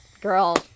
girl